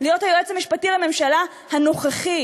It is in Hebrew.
להיות היועץ המשפטי לממשלה הנוכחי.